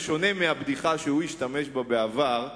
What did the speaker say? בשונה מהבדיחה שהוא השתמש בה בעבר,